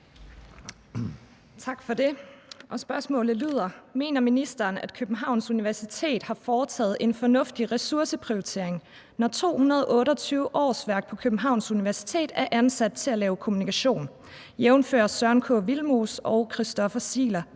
Mener ministeren, at Københavns Universitet har foretaget en fornuftig ressourceprioritering, når 228 årsværk på Københavns Universitet er ansat til at lave kommunikation, jf. Søren K. Villemoes og Christoffer Zieler: